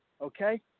Okay